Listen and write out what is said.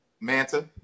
Manta